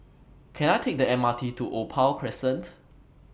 Can I Take The M R T to Opal Crescent